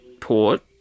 port